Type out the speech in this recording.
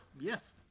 yes